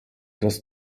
das